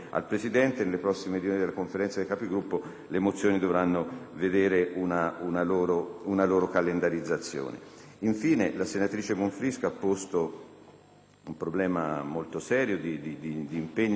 La senatrice Bonfrisco ha posto un problema molto serio di impegno e di riflessione sui temi della sicurezza in generale